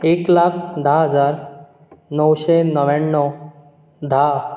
एक लाख धा हजार णवशे णव्याणव धा